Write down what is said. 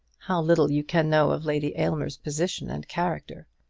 how little you can know of lady aylmer's position and character!